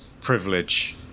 privilege